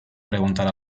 preguntar